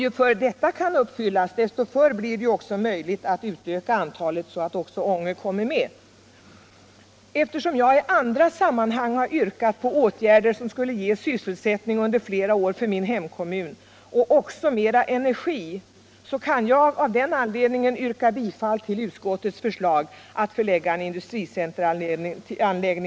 Ju förr det kan ske, desto förr blir det möjligt också för Ånge att komma med. Eftersom jag i andra sammanhang har yrkat på åtgärder som skulle ge min hemkommun sysselsättning under flera år och åtgärder som skulle ge mer energi, kan jag yrka bifall till utskottets förslag att förlägga en industricenteranläggning till Ljusdal.